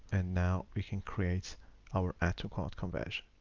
and now we can create our add to cart conversion.